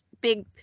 big